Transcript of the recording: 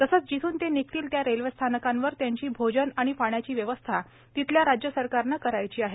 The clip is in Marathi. तसेच जिथून ते निघतील त्या रेल्वे स्थानकावर त्यांची भोजन आणि पाण्याची व्यवस्था तिथल्या राज्य सरकारने करायची आहे